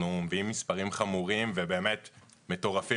אנחנו מביאים מספרים חמורים ובאמת מטורפים,